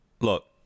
Look